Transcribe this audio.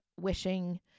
wishing